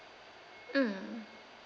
mm